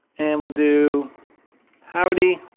and we'll do howdy